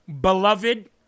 Beloved